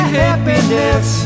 happiness